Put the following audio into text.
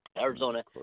Arizona